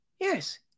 yes